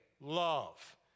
love